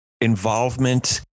involvement